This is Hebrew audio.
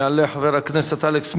יעלה חבר הכנסת אלכס מילר,